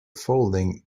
folding